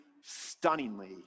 stunningly